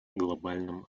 глобальном